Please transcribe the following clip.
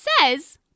says